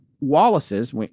Wallace's